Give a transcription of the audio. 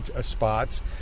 spots